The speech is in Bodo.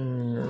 उम